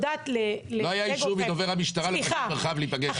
לא היה אישור מדובר המשטרה להיפגש איתי.